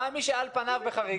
מי עם מי שעל פניו הוא בחריגה?